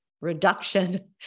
reduction